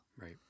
right